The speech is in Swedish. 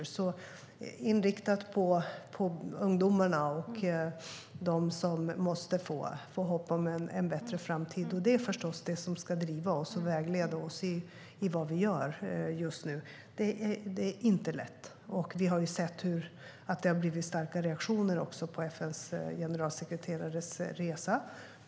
Det är inriktat på ungdomarna och på dem som måste få hopp om en bättre framtid. Det är förstås det som ska driva oss och vägleda oss i vad vi gör just nu. Det är inte lätt, och vi har sett att det har blivit starka reaktioner också på FN:s generalsekreterares resa.